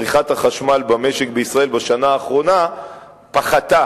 צריכת החשמל במשק בישראל בשנה האחרונה פחתה,